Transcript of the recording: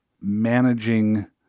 managing